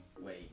wait